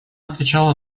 отвечала